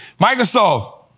Microsoft